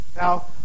Now